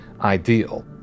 ideal